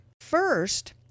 First